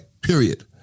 period